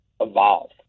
evolve